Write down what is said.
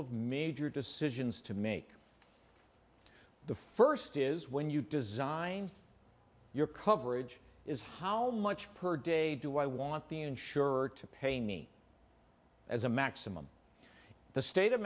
of major decisions to make the first is when you design your coverage is how much per day do i want the insurer to pay me as a maximum the state of